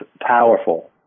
powerful